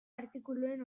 artikuluen